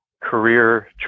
career